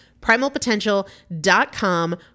Primalpotential.com